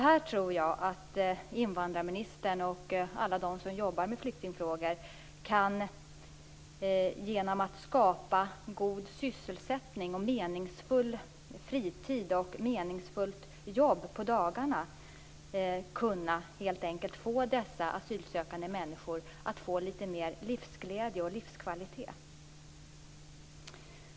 Här tror jag att invandrarministern och alla de som jobbar med flyktingfrågor genom att skapa en god sysselsättning, en meningsfull fritid och ett meningsfullt jobb på dagarna kan medverka till att dessa asylsökande människor får litet mer av livsglädje och livskvalitet.